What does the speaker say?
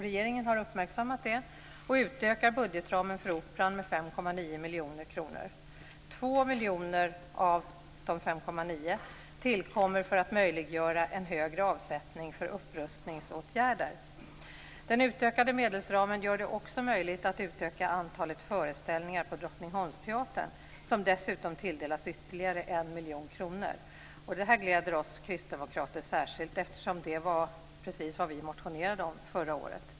Regeringen har uppmärksammat detta och utökar budgetramen för Operan med 5,9 miljoner kronor. 2 miljoner av de 5,9 miljonerna tillkommer för att möjliggöra en högre avsättning för upprustningsåtgärder. Den utökade medelsramen gör det också möjligt att utöka antalet föreställningar på Drottningholmsteatern, som dessutom tilldelas ytterligare 1 miljon kronor. Detta gläder oss kristdemokrater särskilt, eftersom det var precis vad vi motionerade om förra året.